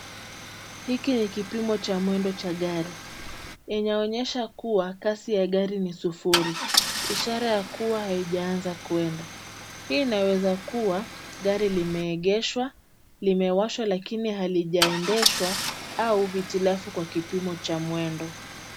Hiki ni kipimo cha mwendo cha gari. Inaonyesha kuwa kasi ya gari ni sufuri, ishara ya kuwa haijaanza kuenda. Hii inaweza kuwa gari limeegeshwa, limewashwa na lakini halijaendeshwa au hitilafu kwa kipimo cha mwendo.